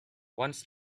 once